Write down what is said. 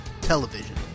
television